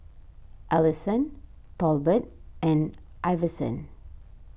Alisson Tolbert and Iverson